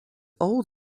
old